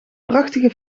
prachtige